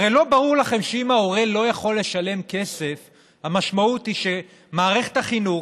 הרי לא ברור לכם שאם ההורה לא יכול לשלם כסף המשמעות היא שמערכת החינוך,